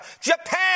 Japan